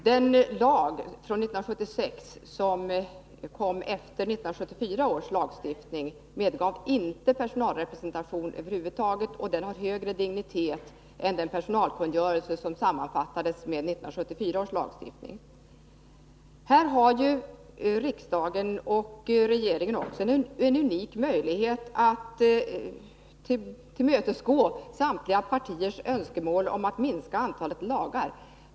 Den lag från 1976 som kom efter 1974 års lagstiftning medgav inte personalrepresentation över huvud taget, och den har högre dignitet än den personalkungörelse som sammanfattades med 1974 års lagstiftning. Här har ju riksdagen och regeringen också en unik möjlighet att tillmötesgå samtliga partiers önskemål om att minska antalet lagar.